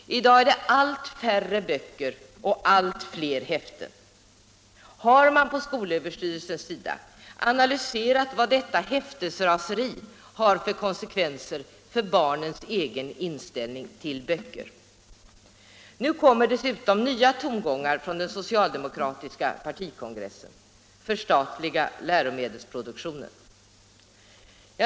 I dag är det allt färre böcker och allt fler häften. Har man från skolöverstyrelsens sida analyserat vad detta häftesraseri har för konsekvenser för barnens egen inställning till böcker? Nu kommer dessutom nya tongångar från den socialdemokratiska partikongressen. Förstatliga läromedelsproduktionen!